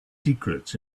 secrets